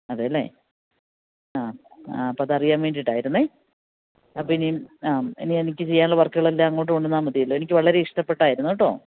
അതെയല്ലേ ആ ആ അപ്പോള് അതറിയാൻ വേണ്ടിയിട്ടായിരുന്നു അപ്പോള് ഇനിയും ആ ഇനി എനിക്ക് ചെയ്യാനുള്ള വർക്കുകളെല്ലാം അങ്ങോട്ട് കൊണ്ടുവന്നാല് മതിയല്ലോ എനിക്ക് വളരെ ഇഷ്ടപ്പെട്ടായിരുന്നു കേട്ടോ